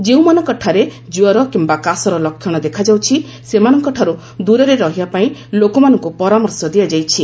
ଯେଉଁମାନଙ୍କଠାରେ କ୍ୱର କିମ୍ବା କାଶର ଲକ୍ଷଣ ଦେଖାଯାଉଛି ସେମାନଙ୍କଠାରୁ ଦୂରରେ ରହିବା ପାଇଁ ଲୋକମାନଙ୍କୁ ପରାମର୍ଶ ଦିଆଯାଇଛି